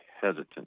hesitant